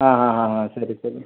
ಹಾಂ ಹಾಂ ಹಾಂ ಹಾಂ ಸರಿ ಸರಿ